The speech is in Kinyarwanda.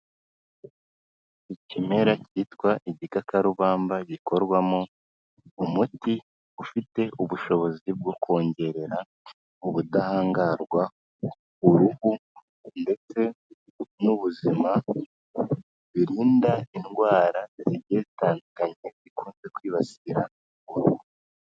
Ikimera cyitwa igikakarubamba gikorwamo umuti ufite ubushobozi bwo kongerera ubudahangarwa uruhu ndetse n'ubuzima, birinda indwara zigiye zitandukanye zikunze kwibasira uruhu.